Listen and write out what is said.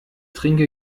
trinke